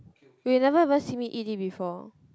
you never even see me eat it before